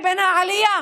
העלייה